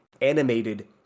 animated